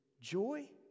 joy